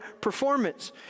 performance